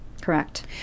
Correct